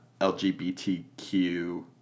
LGBTQ